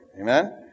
Amen